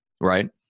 Right